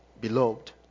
beloved